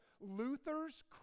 Luther's